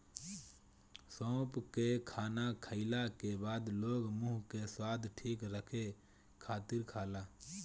सौंफ के खाना खाईला के बाद लोग मुंह के स्वाद ठीक रखे खातिर खाला